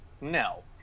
no